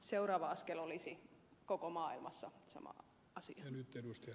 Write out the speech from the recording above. seuraava askel olisi koko maailmassa sama asia